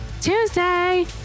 Tuesday